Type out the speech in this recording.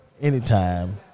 anytime